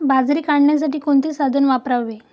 बाजरी काढण्यासाठी कोणते साधन वापरावे?